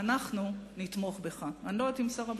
איזו קריאת